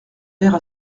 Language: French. verre